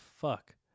fuck